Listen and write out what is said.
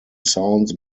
sounds